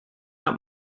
out